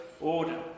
order